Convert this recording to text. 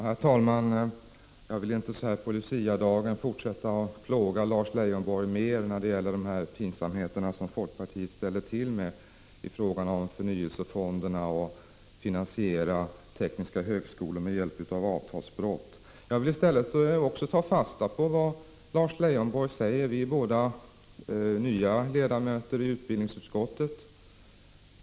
Herr talman! Så här på Luciadagen vill jag inte fortsätta att plåga Lars Leijonborg med de pinsamheter som folkpartiet ställer till med i fråga om förnyelsefonderna och finansieringen av tekniska högskolor med hjälp av avtalsbrott. Jag vill i stället ta fasta på vad Lars Leijonborg säger. Vi är båda nya ledamöter i utbildningsutskottet.